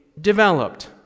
developed